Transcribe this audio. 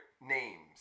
names